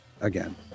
again